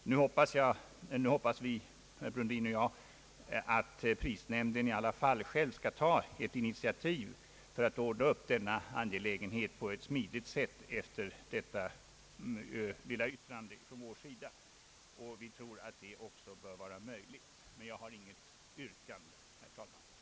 Herr Brundin och jag hoppas nu att prisnämnden efter detta lilla yttrande från vår sida själv skall ta initiativ för att ordna upp denna angelägenhet på ett smidigt sätt. Vi tror att detta också bör vara möjligt. Jag har, herr talman, intet yrkande.